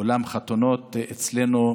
אולם חתונות אצלנו ביישוב.